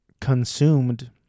consumed